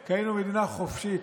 כי היינו מדינה חופשית,